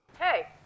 Hey